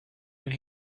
when